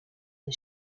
the